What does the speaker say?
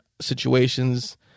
situations